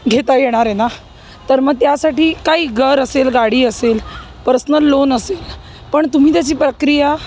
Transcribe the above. घेता येणार आहे ना तर मग त्यासाठी काही घर असेल गाडी असेल पर्सनल लोन असेल पण तुम्ही त्याची प्रक्रिया